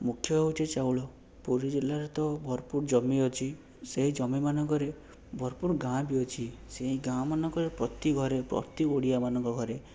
ମୁଖ୍ୟ ହେଉଛି ଚାଉଳ ପୁରୀ ଜିଲ୍ଲାରେ ତ ଭରପୁର ଜମି ଅଛି ସେଇ ଜମିମାନଙ୍କରେ ଭରପୁର ଗାଁ ବି ଅଛି ସେଇ ଗାଁ ମାନଙ୍କରେ ପ୍ରତି ଘରେ ପ୍ରତି ଓଡ଼ିଆ ମାନଙ୍କ ଘରେ